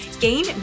gain